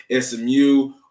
SMU